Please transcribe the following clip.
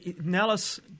Nellis